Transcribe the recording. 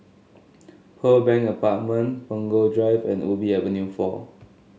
Pearl Bank Apartment Punggol Drive and Ubi Avenue four